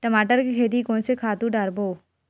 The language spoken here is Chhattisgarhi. टमाटर के खेती कोन से खातु डारबो?